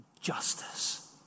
justice